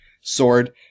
sword